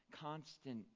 constant